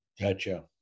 Gotcha